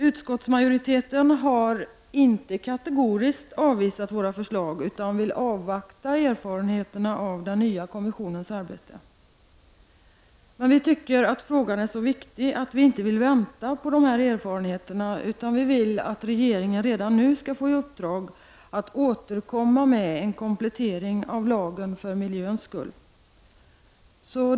Utskottsmajoriteten har inte kategoriskt avvisat våra förslag utan vill avvakta erfarenheterna av den nya kommissionens arbete. Men vi tycker att frågan är så viktig att vi inte vill vänta på dessa erfarenheter, utan vi vill att regeringen redan nu skall få i uppdrag att återkomma med en komplettering av lagen för miljöns skull.